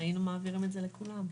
היינו מעבירים לכולם,